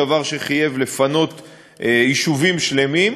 דבר שחייב לפנות יישובים שלמים,